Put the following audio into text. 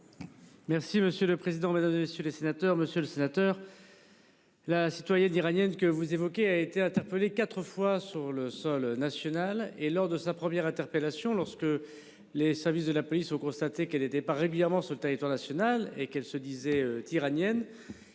Merci monsieur le président, Mesdames, et messieurs les sénateurs, monsieur le sénateur. La citoyenne iranienne que vous évoquez, a été interpellé 4 fois sur le sol national et lors de sa première interpellation lorsque les services de la police aux constaté qu'elle était pas régulièrement sur le territoire national et qu'elle se disait tu iranienne.